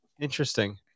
Interesting